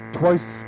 twice